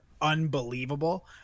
unbelievable